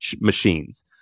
machines